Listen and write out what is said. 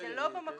זה לא במקום.